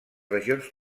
regions